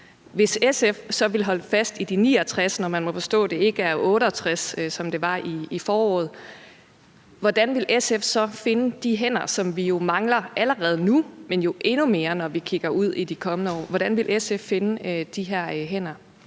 Hvis SF så vil holde fast i de 69 år – og man må forstå, at det ikke er 68, som det var i foråret – hvordan vil SF så finde de hænder, som vi jo mangler allerede nu, men jo endnu mere, når vi kigger ud i de kommende år? Hvordan vil SF finde de her hænder?